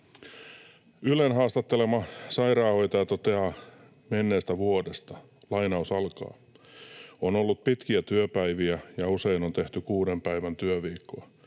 Ylen haastattelema sairaanhoitaja toteaa menneestä vuodesta: ”On ollut pitkiä työpäiviä, ja usein on tehty kuuden päivän työviikkoa.